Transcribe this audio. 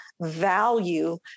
value